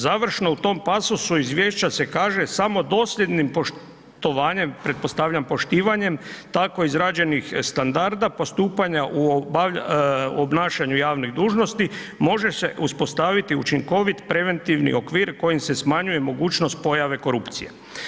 Završno u tom pasosu izvješća se kaže samo dosljednim poštovanjem, pretpostavljam poštivanjem tako izrađenih standarda postupanja u obavljanju, u obnašanju javnih dužnosti može se uspostaviti učinkovit preventivni okvir kojim se smanjuje mogućnost pojave korupcije.